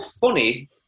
funny